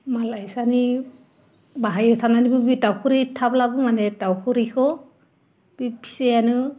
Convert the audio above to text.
मालायसानि बाहायाव थानानैबो बे दाउफ्रि थालाबो माने दाउफ्रिखौ बे फिसायानो